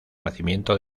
nacimiento